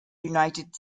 united